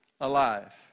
alive